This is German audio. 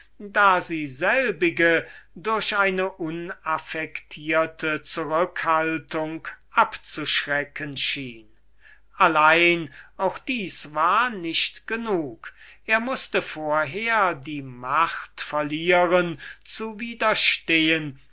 da sie selbige durch eine unaffektierte zurückhaltung abzuschrecken schien allein auch dieses war nicht genug er mußte vorher die macht zu widerstehen